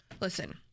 Listen—